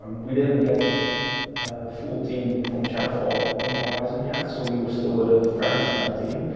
we didn't get the full team from shadow fall on horizon yet, so we were still with a fairly small team,